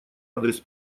адрес